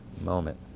moment